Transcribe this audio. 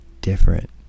different